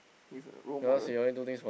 is role model